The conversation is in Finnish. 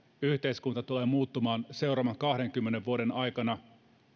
yhteiskunta tulee muuttumaan seuraavan kahdenkymmenen vuoden aikana